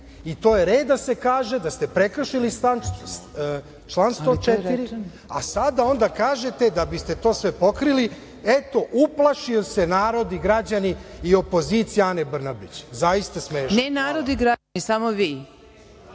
I, to je red da se kaže, da ste prekršili član 104, a sada onda kažete, da biste to sve pokrili – eto, uplašio se narod i građani i opozicija Ane Brnabić. Zaista smešno. **Marina Raguš** Ne narod i građani, samo